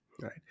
right